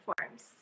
forms